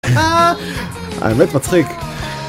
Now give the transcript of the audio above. אההה, באמת מצחיק